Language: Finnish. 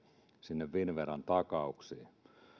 sinne finnveran takauksiin